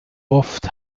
oft